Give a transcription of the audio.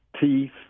teeth